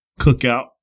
cookout